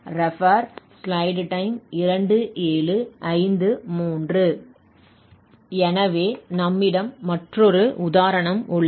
எனவே நம்மிடம் மற்றொரு உதாரணம் உள்ளது